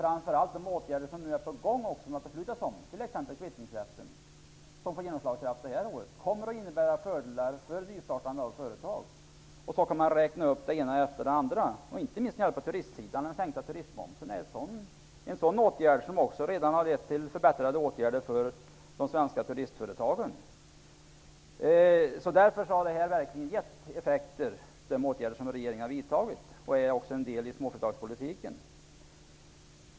Framför allt de åtgärder som nu är på gång och som har beslutats om, t.ex. kvittningsrätten som får genomslag under detta år, kommer att innebära fördelar för nystartande av företag. Så kan man räkna upp det ena efter det andra. Inte minst den sänkta turistmomsen är en åtgärd som redan har lett till en förbättring för de svenska turistföretagen. De åtgärder som regeringen har vidtagit har alltså verkligen haft effekter. De är också en del i småföretagspolitiken.